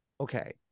Okay